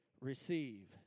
receive